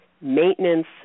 maintenance